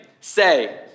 say